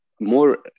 more